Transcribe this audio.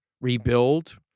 rebuild